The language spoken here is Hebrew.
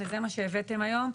וזה מה שהבאתם היום.